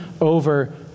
over